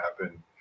happen